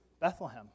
Bethlehem